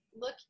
look